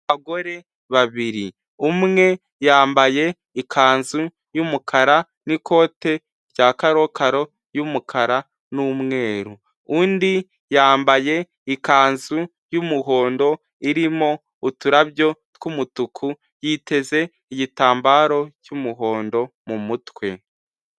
abagore babiri umwe yambaye ikanzu y'umukara n'ikote rya karokaro ry'umukara n'umweru undi yambaye ikanzu'umuhondo irimo uturabyo tw'umutuku yiteze igitambara cy'umuhondo mu mutwe